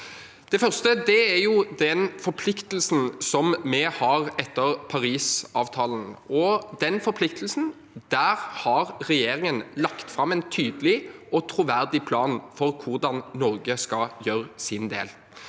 Det første er den forpliktelsen vi har etter Parisavtalen. Når det gjelder den forpliktelsen, har regjeringen lagt fram en tydelig og troverdig plan for hvordan Norge skal gjøre sin del.